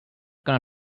gonna